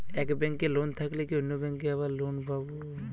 এক ব্যাঙ্কে লোন থাকলে কি অন্য ব্যাঙ্কে আবার লোন পাব?